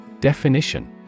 Definition